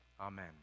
amen